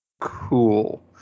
cool